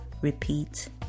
repeat